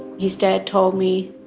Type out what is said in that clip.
his dad told me,